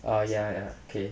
oh ya ya okay